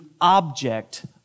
object